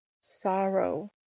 Sorrow